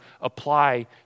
apply